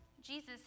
Jesus